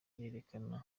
irerekana